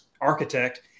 architect